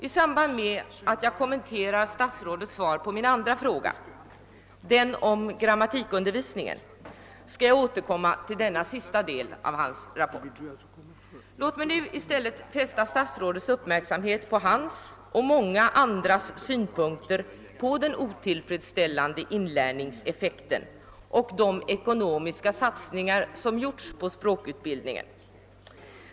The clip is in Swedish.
I samband med att jag kommenterar statsrådets svar på min andra fråga — den om grammatikundervisningen — skall jag återkomma till denna senare del av Jallings rapport. Låt mig nu i stället fästa statsrådets uppmärksamhet på hans och många andras synpunkter på den otillfredsställande inlärningseffekten och de ekonomiska satsningar som gjorts på språkutbildningen.